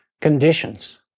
Conditions